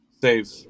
save